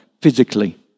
physically